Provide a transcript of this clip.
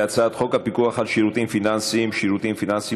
להצעת חוק הפיקוח על שירותים פיננסיים (שירותים פיננסיים